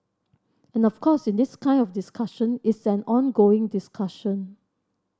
and of course in this kind of discussion it's an ongoing discussion